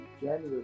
January